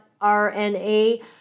RNA